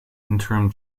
interim